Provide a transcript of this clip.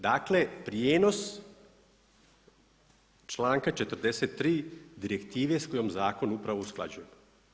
Dakle prijenos članka 43. direktive s kojom zakon upravo usklađujemo.